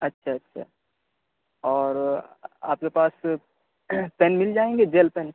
اچھا اچھا اور آپ کے پاس پین مل جائیں گے جیل پین